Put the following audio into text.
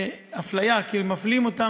אפליה, כאילו מפלים אותם,